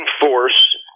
force